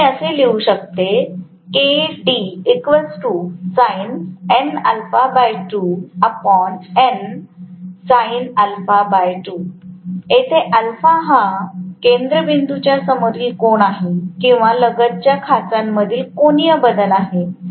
म्हणून मी असे लिहू शकते जेथे α हा केंद्रबिंदूच्या समोरील कोन आहे किंवा लगतच्या खाचांमधील कोनीय बदल आहे